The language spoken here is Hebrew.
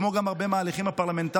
כמו גם הרבה מההליכים הפרלמנטריים